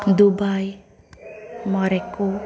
Dubai Morocco